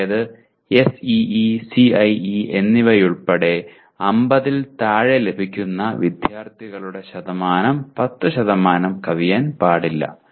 അതായത് SEE CIE എന്നിവയുൾപ്പെടെ 50 ൽ താഴെ ലഭിക്കുന്ന വിദ്യാർത്ഥികളുടെ ശതമാനം 10കവിയാൻ പാടില്ല